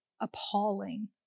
appalling